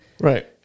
Right